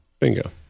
Bingo